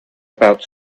about